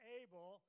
able